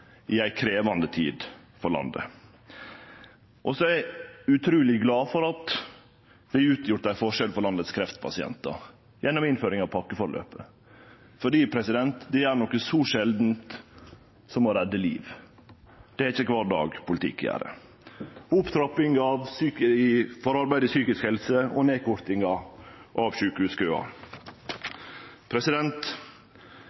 i ei krevjande tid for landet. Så er eg utruleg glad for at vi har utgjort ein forskjell for kreftpasientane i landet gjennom innføringa av pakkeforløpet, for det gjer noko så sjeldant som å redde liv. Det er ikkje kvar dag politikk gjer det. Det same gjeld opptrappinga av arbeidet med psykisk helse og nedkortinga av